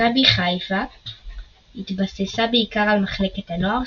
מכבי חיפה התבססה בעיקר על מחלקת הנוער,